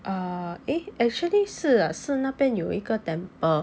uh eh actually 是 ah 是那边有一个 temple